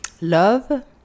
Love